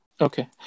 Okay